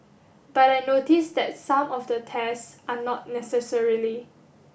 but I notice that some of the tests are not necessarily